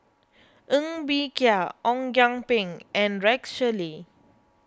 Ng Bee Kia Ong Kian Peng and Rex Shelley